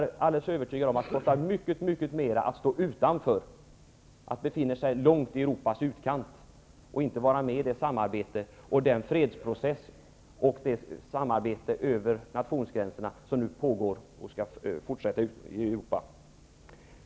Jag är övertygad om att det kommer att kosta mycket mera att stå utanför, att befinna sig långt ute i Europas utkant och inte vara med i den fredsprocess och det samarbete över nationsgränserna som nu pågår och skall fortsätta ute i Europa.